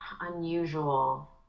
unusual